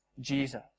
Jesus